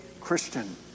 Christian